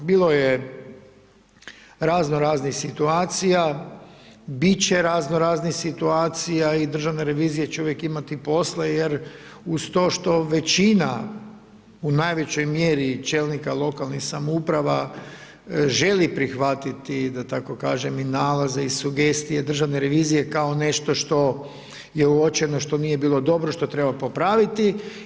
Bilo je razno raznih situacija, biti će razno raznih situacija i Državna revizija će uvijek imati posla jer uz to što većina u najvećoj mjeri čelnika lokalnih samouprava, želi prihvatiti, da tako kažem i nalaze i sugestije Državne revizije kao nešto što je uočeno, što nije bilo dobro što treba popraviti.